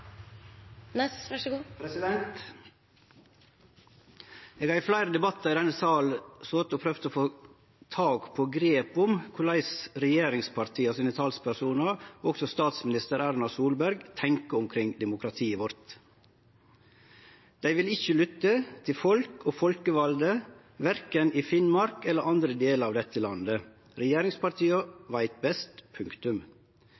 fleire debattar i denne salen har eg prøvd å få tak på og grep om korleis talspersonane til regjeringspartia og også statsminister Erna Solberg tenkjer omkring demokratiet vårt. Dei vil ikkje lytte til folk og folkevalde i verken Finnmark eller andre delar av dette landet.